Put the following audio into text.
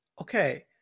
Okay